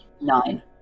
Nine